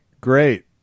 great